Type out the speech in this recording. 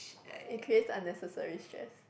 it creates unnecessary stress